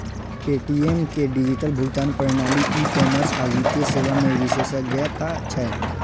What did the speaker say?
Paytm के digital भुगतान प्रणाली, ई कॉमर्स आ वित्तीय सेवा मे विशेषज्ञता छै